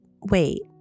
wait